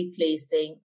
replacing